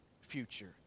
future